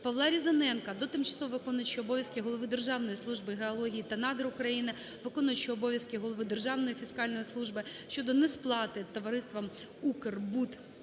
ПавлаРізаненка до тимчасово виконуючого обов'язки голови Державної служби геології та надр України, виконуючого обов'язки голови Державної фіскальної служби щодо несплати